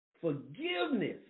Forgiveness